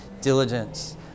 diligence